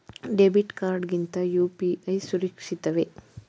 Debit card ಗಿಂತ UPI ಸುರಕ್ಷಿತವೇ?